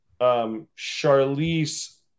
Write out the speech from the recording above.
Charlize